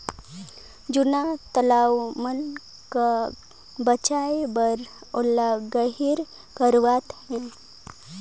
जूना तलवा मन का बचाए बर ओला गहिर करवात है